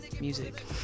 music